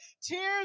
Tears